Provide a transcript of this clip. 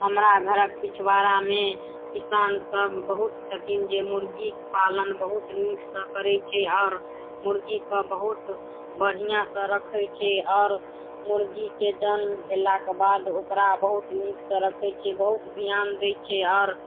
हमरा घरक पिछबारामे किसान सब बहुत छथिन जे मुर्गीके पालन बहुत नीक सऽ करै छै आओर मुर्गीके बहुत बढ़िऑं सऽ रखै छै आओर मुर्गीके जन्म भेलाक बाद ओकरा बहुत नीकसँ रखै छै बहुत ध्यान दै छै आओर